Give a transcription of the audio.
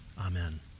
Amen